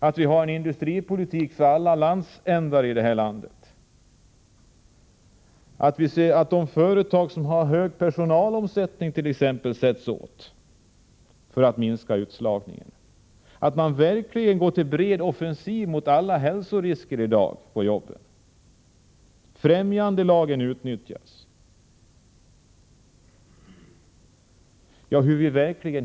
Vi skall ha en industripolitik för alla landsändar, och vidare bör t.ex. de företag som har hög personalomsättning sättas åt för att därigenom utslagningen skall minska. Man skall verkligen gå på bred offensiv mot alla hälsorisker på jobben i dag. Främjandelagen skall utnyttjas.